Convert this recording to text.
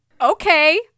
Okay